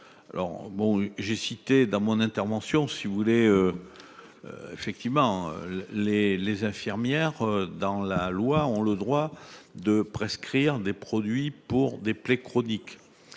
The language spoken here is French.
j'ai cité dans mon intervention si vous voulez. Effectivement. Les les infirmières dans la loi, ont le droit de prescrire des produits pour des plaies chroniques.